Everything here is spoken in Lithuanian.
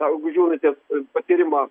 tą gudžiūnaitės patyrimą